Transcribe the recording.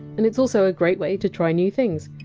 and it's also a great way to try new things.